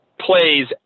plays